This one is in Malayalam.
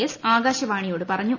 എസ് ആകാശവാണിയോട് പറഞ്ഞു